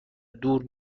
دور